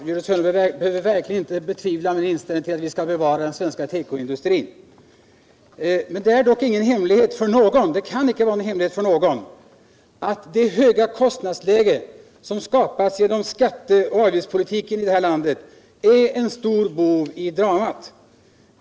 Herr talman! Gördis Hörnlund behöver inte tvivla på att min inställning är att vi skall bevara den svenska tekoindustrin. Det är dock ingen hemlighet för någon — och det kan icke heller vara en hemlighet för någon — att det höga kostnadsläge som skapats genom skatteoch avgiftspolitiken i det här landet är en stor bov i dramat.